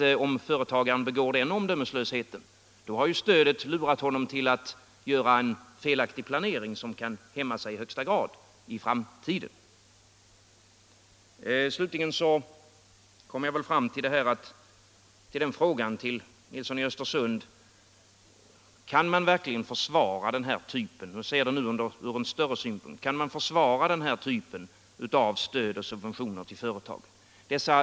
Om företagaren begår den omdömeslösheten har stödet lurat honom att göra en felaktig planering som kan hämna sig i högsta grad i framtiden. Slutligen kommer jag fram till följande fråga till herr Nilsson i Östersund: Kan man verkligen — sett i ett vidare perspektiv — försvara den här typen av stöd och subventioner till företag?